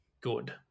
good